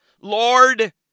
Lord